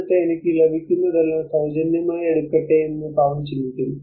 എന്നിട്ട് എനിക്ക് ലഭിക്കുന്നതെല്ലാം സൌജന്യമായി എടുക്കട്ടെ എന്ന് പാവം ചിന്തിക്കുന്നു